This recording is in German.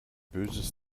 böses